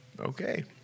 okay